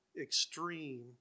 extreme